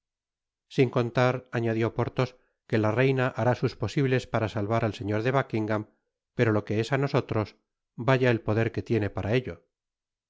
sin contar anadió porthos que la reina hará sus posibles para salvar al señor de buckingam pero lo que es á nosotros vaya el poder que tiene para ello